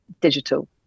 digital